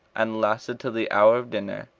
and lasted till the hour dinner,